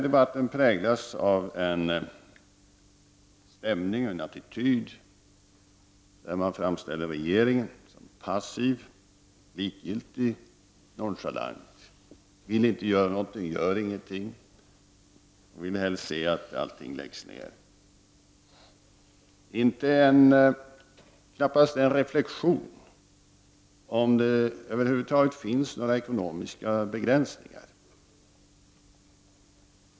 Debatten präglas av en stämning, en attityd, där man framställer regeringen som passiv, likgiltig och nonchalant. Regeringen gör inget, vill inte göra något och ser helst att allt läggs ner. Det görs knappt en reflektion över om det finns några ekonomiska begränsningar.